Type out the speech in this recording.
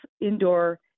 indoor